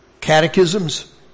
catechisms